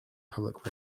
public